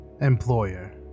employer